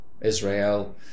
Israel